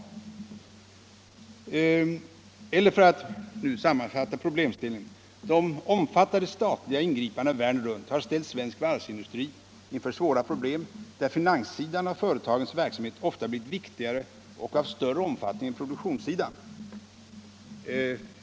Eller, för att nu sammanfatta problemställningen: de omfattande statliga ingripandena världen runt har ställt svensk varvsindustri inför svåra problem, där finanssidan av företagens verksamhet ofta blir viktigare och av större omfattning än produktionssidan.